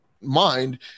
mind